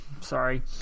Sorry